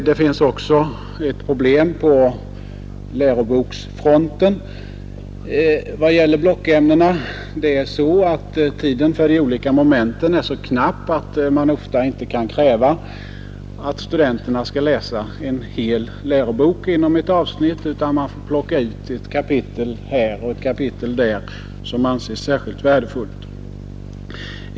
Det finns också problem på läroboksfronten i vad gäller blockämnena. Tiden för de olika momenten är så knapp att man ofta inte kan kräva att studenterna skall läsa en hel lärobok inom ett avsnitt, utan man får plocka ut ett kapitel här och ett där som anses särskilt värdefullt.